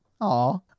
Aw